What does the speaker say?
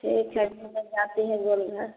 ठीक है घूमने जाती हैं गोलघर